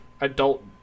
adult